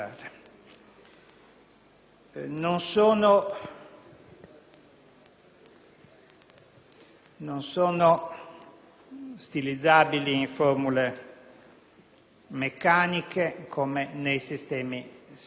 Non sono stilizzabili in formule meccaniche come nei sistemi semplici;